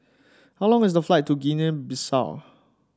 how long is the flight to Guinea Bissau